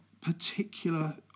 particular